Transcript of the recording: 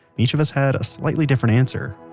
each of us had a slightly different answer